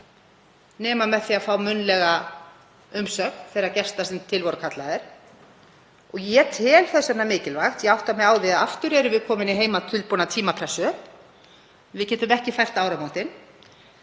nema með því að fá munnlega umsögn þeirra gesta sem kallaðir voru til. Ég tel þess vegna mikilvægt — ég átta mig á því að aftur erum við komin í heimatilbúna tímapressu, við getum ekki fært áramótin,